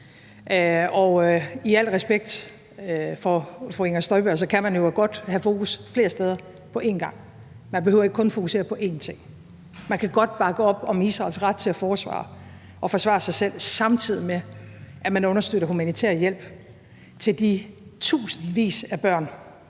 vil jeg sige til fru Inger Støjberg, kan man jo godt have fokus flere steder på en gang. Man behøver ikke kun at fokusere på én ting. Man kan godt bakke op om Israels ret til et forsvar og til at forsvare sig selv, samtidig med at man understøtter den humanitære hjælp til de tusindvis af børn,